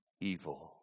evil